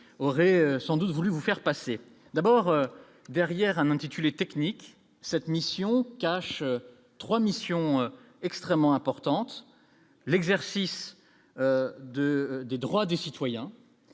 aurait sans doute voulu vous faire passer d'abord derrière intitulé technique cette mission cache 3 missions extrêmement importante, l'exercice de des droits des citoyens,